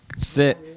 Sit